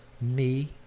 -"Me